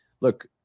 look